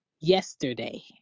yesterday